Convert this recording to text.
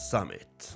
Summit